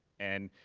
and